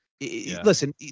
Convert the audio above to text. Listen